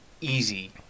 easy